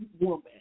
woman